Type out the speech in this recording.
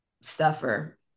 suffer